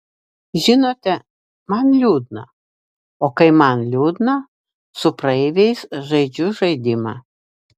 žinote man liūdna o kai man liūdna su praeiviais žaidžiu žaidimą